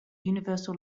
universal